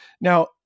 Now